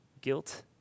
Guilt